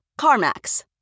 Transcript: CarMax